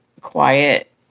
quiet